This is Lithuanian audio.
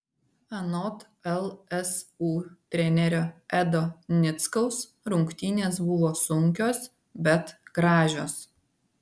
anot lsu trenerio edo nickaus rungtynės buvo sunkios bet gražios